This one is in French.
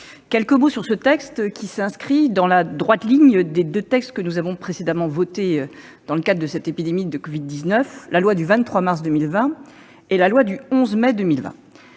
chers collègues, ce texte s'inscrit dans la droite ligne des deux lois que nous avons précédemment votées dans le cadre de cette épidémie de Covid-19 : la loi du 23 mars 2020 et la loi du 11 mai 2020.